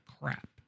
crap